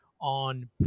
on